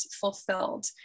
fulfilled